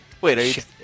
Wait